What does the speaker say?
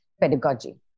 pedagogy